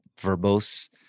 verbose